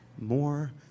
more